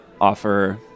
offer